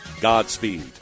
Godspeed